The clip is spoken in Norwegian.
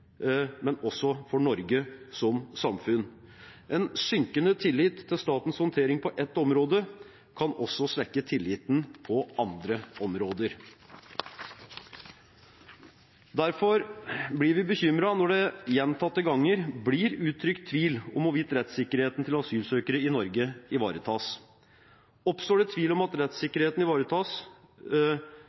men også for Norge som samfunn. En synkende tillit til statens håndtering på ett område kan svekke tilliten også på andre områder. Derfor blir vi bekymret når det gjentatte ganger blir uttrykt tvil om hvorvidt rettssikkerheten til asylsøkere i Norge ivaretas. Som sagt, oppstår det tvil om hvorvidt rettssikkerheten ivaretas